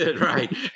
right